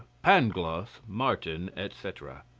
pangloss, martin, etc.